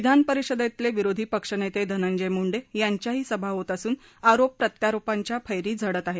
विधान परिषदेतले विरोधी पक्षनेते धनंजय मुंडे यांच्याही सभा होत असून आरोप प्रत्यारोपांच्या फैरी झडत आहेत